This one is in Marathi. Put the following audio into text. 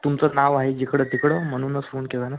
तुमचंच नाव आहे जिकडं तिकडं म्हणूनच फोन केला आहे ना